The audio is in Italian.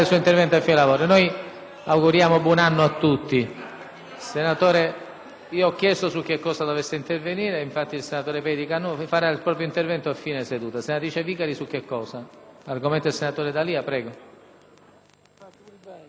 Auguriamo buon anno a tutti.